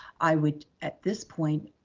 i would, at this point,